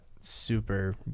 super